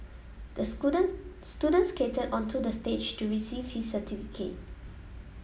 the student skated onto the stage to receive his certificate